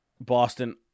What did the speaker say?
Boston